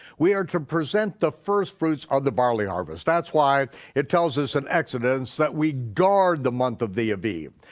we are to present the first fruits of the barley harvest, that's why it tells us in exodus that we guard the month of the aviv.